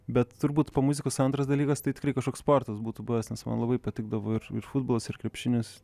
bet turbūt po muzikos antras dalykas tai tikrai kažkoks sportas būtų buvęs nes man labai patikdavo ir ir futbolas ir krepšinis